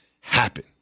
happen